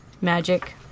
magic